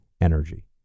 energy